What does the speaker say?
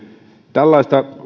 tällaista